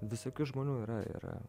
visokių žmonių yra yra